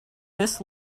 this